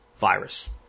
virus